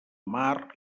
mar